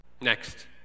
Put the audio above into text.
Next